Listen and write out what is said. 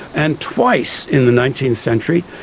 and twice in the nineteenth century,